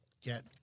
get